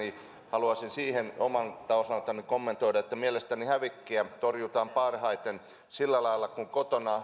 haluaisin omalta osaltani kommentoida että mielestäni hävikkiä torjutaan parhaiten sillä lailla kun kotona